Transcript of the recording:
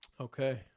Okay